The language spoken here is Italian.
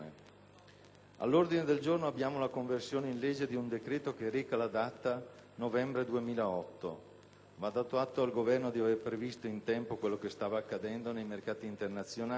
All'ordine del giorno abbiamo la conversione legge di un decreto che reca la data 29 novembre 2008. Va dato atto al Governo di aver previsto in tempo ciò che stava accadendo nei mercati internazionali.